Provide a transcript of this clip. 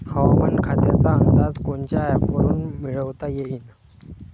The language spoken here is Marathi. हवामान खात्याचा अंदाज कोनच्या ॲपवरुन मिळवता येईन?